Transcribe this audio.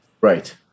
Right